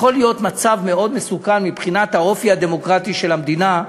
שיכול להיות מצב מאוד מסוכן מבחינת האופי הדמוקרטי של המדינה,